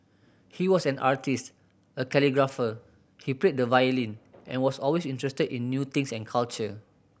he was an artist a calligrapher he played the violin and was always interested in new things and culture